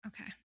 okay